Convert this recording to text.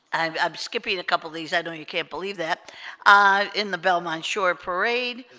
i'm um skipping a couple of these i don't you can't believe that i in the belmont shore parade